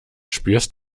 spürst